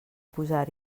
posar